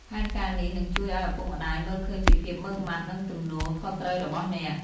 ផែនការនេះនឹងជួយឲ្យឪពុកម្ដាយមើលឃើញពីភាពម៉ឺងម៉ាត់ និងទំនួលខុសត្រូវរបស់អ្នក។